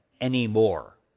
anymore